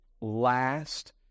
last